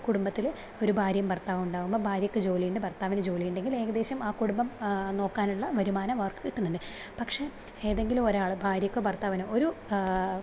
ഒരു ഭാര്യയും ഭർത്താവും ഉണ്ടാകുമ്പോൾ ഭാര്യക്ക് ജോലി ഉണ്ട് ഭർത്താവിന് ജോലിയുണ്ടെങ്കിൽ ഏകദേശം ആ കുടുംബം നോക്കാനുള്ള വരുമാനം അവർക്ക് കിട്ടുന്നുണ്ട് പക്ഷേ ഏതെങ്കിലും ഒരാള് ഭാര്യക്കോ ഭർത്താവിനോ ഒരു